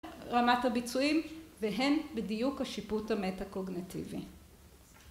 רמת הביצועים והם בדיוק השיפוט המטה קוגנטיבי